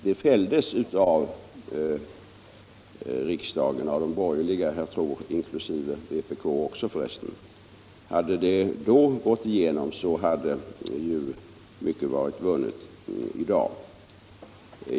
Det fälldes av riksdagen — av de borgerliga och, tror jag, även vpk. Hade det förslaget då gått igenom hade mycket varit vunnet i dag.